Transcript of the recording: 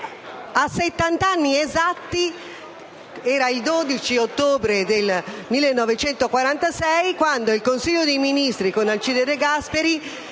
settant'anni esatti dal 12 ottobre 1946, quando il Consiglio dei ministri con Alcide De Gasperi